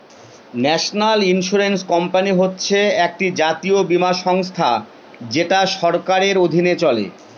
national insurance company হচ্ছে একটি জাতীয় বীমা সংস্থা যেটা সরকারের অধীনে চলে